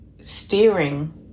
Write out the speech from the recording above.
steering